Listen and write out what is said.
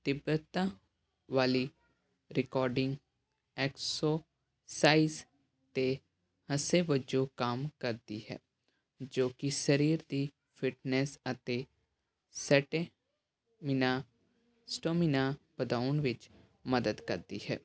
ਤੀਬਰਤਾ ਵਾਲੀ recording exercise ਅਤੇ ਹੱਸੇ ਵੱਜੋਂ ਕੰਮ ਕਰਦੀ ਹੈ ਜੋ ਕਿ ਸਰੀਰ ਦੀ ਫਿਟਨੈਸ ਅਤੇ ਸੈਟੇ ਮੀਨਾ ਸਟੋਮੀਨਾ ਵਧਾਉਣ ਵਿੱਚ ਮਦਦ ਕਰਦੀ ਹੈ